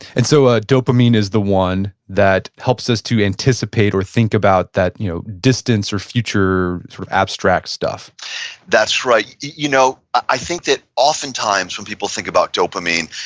and so, ah dopamine is the one that helps us to anticipate or think about that you know distance or future, sort of abstract stuff that's right. you know, i think that oftentimes when people think about dopamine,